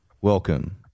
Welcome